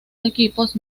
equipos